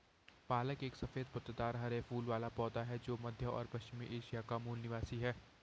पालक एक पत्तेदार हरे फूल वाला पौधा है जो मध्य और पश्चिमी एशिया का मूल निवासी है